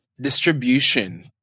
distribution